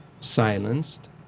Silenced